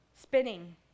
Spinning